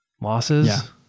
losses